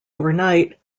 overnight